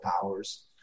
powers